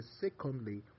secondly